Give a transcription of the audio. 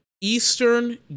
Eastern